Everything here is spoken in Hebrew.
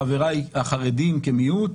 חבריי החרדים כמיעוט,